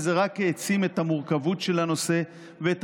וזה רק העצים את המורכבות של הנושא ואת